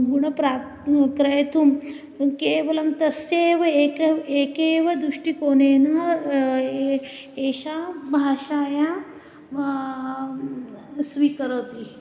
गुणप्राप्तुं क्रयतुं केवलं तस्यैव एक एकेव दृष्टिकोनेन ए एषा भाषां स्वीकरोति